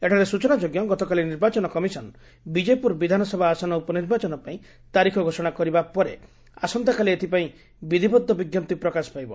ଏଠାରେ ସ୍ଚନାଯୋଗ୍ୟ ଗତକାଲି ନିର୍ବାଚନ କମିଶନ ବିଜେପୁର ବିଧାନସଭା ଆସନ ଉପନିର୍ବାଚନ ପାଇଁ ତାରିଖ ଘୋଷଣା କରିବା ପରେ ଆସନ୍ତାକାଲି ଏଥିପାଇଁ ବିଧିବଦ୍ଧ ବିଙ୍କପ୍ତି ପ୍ରକାଶ ପାଇବ